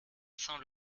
saint